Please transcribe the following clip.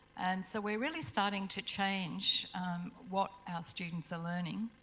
and so we're really starting to change what our students are learning.